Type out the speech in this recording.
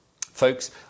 Folks